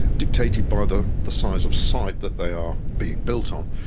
dictated by the the size of site that they are being built on.